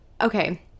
Okay